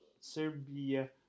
Serbia